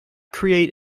create